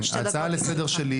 ההצעה לסדר שלי,